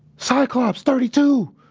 cyclops thirty-two!